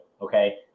okay